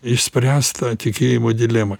išspręst tą tikėjimo dilemą